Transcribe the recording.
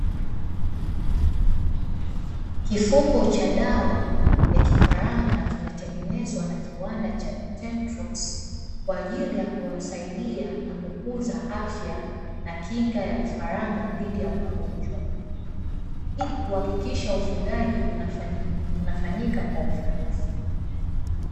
kifuko cha dawa ya kifaranga kimetengenezwa na kiwanda cha "tetrox", kwa ajili ya kuwasaidia na kukuza afya na kinga ya vifaranga dhidi ya magonjwa, ili kuhakikisha ufugaji unafanyika kwa ufanisi.